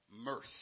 mirth